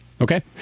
Okay